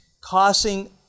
causing